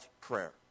prayer